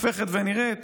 הופכת ונראית